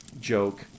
joke